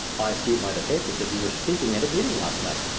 i see by the papers that you were speaking at a meeting last night.